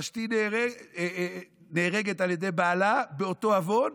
ושתי נהרגת על ידי בעלה באותו עוון,